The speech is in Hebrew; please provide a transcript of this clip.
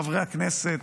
חברי הכנסת,